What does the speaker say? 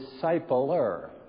discipler